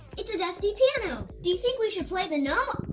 it's a dusty piano! do you think we should play the note?